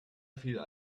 feel